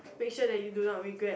make sure that you do not regret